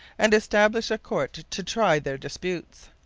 and established a court to try their disputes.